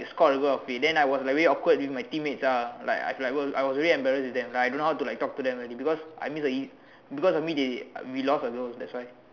they scored over of me then I was very awkward with my teammates ah like I I was very embarrassed with them like I don't know how to like talk to them already because I miss a eas~ because of me they we lost a goal that's why